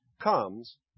comes